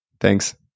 Thanks